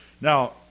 Now